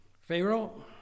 Pharaoh